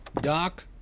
Doc